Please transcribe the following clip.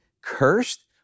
cursed